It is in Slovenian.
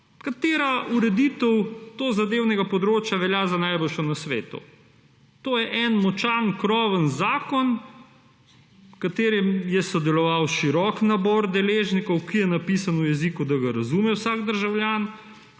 katera ureditev tozadevnega področja velja za najboljšo na svetu. To je en močan kroven zakon, v katerem je sodeloval širok nabor deležnikov, ki je napisan v jeziku, da ga razume vsak državljan,